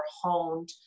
honed